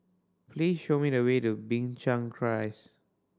please show me the way to Binchang Rise